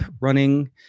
running